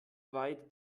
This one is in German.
weit